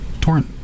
torrent